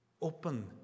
open